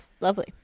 Lovely